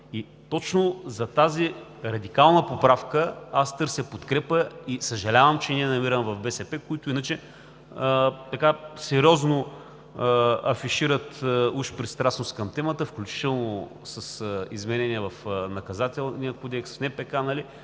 точно за тази радикална поправка аз търся подкрепа и съжалявам, че не я намирам в БСП, които иначе сериозно афишират уж пристрастност към темата, включително с изменения в Наказателния кодекс,